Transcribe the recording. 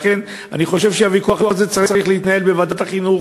לכן אני חושב שהוויכוח הזה צריך להתנהל בוועדת החינוך,